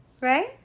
Right